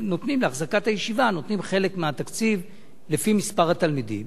לאחזקת הישיבה נותנים חלק מהתקציב לפי מספר התלמידים.